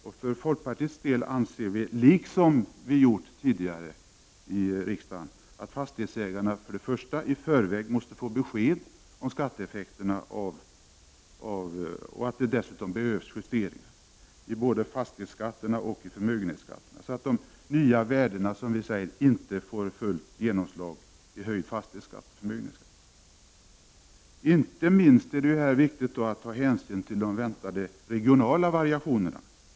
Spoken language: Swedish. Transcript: Vi i folkpartiet anser — liksom vi tidigare gjort — att fastighetsägarna i förväg måste få besked om skatteeffekterna och att det dessutom behövs justeringar av både fastighetsoch förmögenhetsskatten för att inte de nya värdena skall få fullt genomslag vid höjd fastighetsoch förmögenhetsskatt. Inte minst är det viktigt att här ta hänsyn till de väntade regionala variationerna.